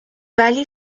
ولی